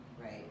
right